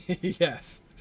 Yes